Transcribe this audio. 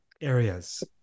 areas